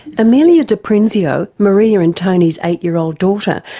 emilia de prinzio, maria and tony's eight year old daughter,